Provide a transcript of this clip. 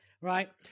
Right